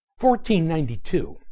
1492